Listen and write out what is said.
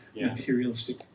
materialistic